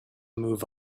move